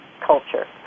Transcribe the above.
culture